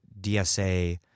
DSA